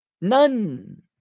None